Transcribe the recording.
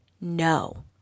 no